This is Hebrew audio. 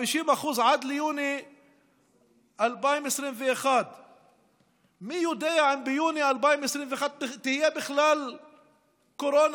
50% עד ליוני 2021. מי יודע אם ביוני 2021 תהיה בכלל קורונה.